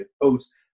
oats